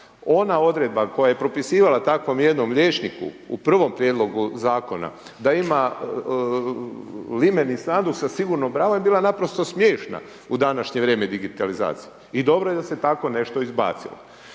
Ona odredba koja je propisivala takvom jednom liječniku u prvom prijedlogu zakona da ima limeni .../Govornik se ne razumije./... je bila naprosto smiješna u današnje vrijeme digitalizacije. I dobro je da se tako nešto izbacilo.